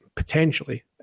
potentially